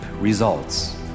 results